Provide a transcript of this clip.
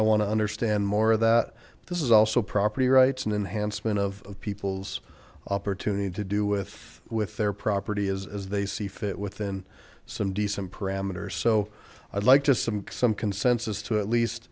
i want to understand more of that this is also property rights an enhancement of people's opportunity to do with with their property as they see fit within some decent parameters so i'd like to some some consensus to at least